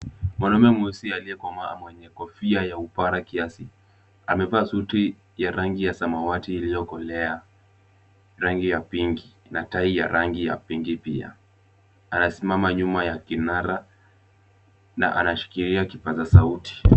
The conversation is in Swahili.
Mwanaume mweusi aliyekomaa mwenye kofia ya upara kiasi amevaa suti ya rangi ya samawati iliyokolea rangi ya pink na tai ya rangi ya pink pia. Anasimama nyuma ya kinara na anashikilia kipaza sauti.